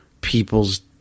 people's